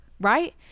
right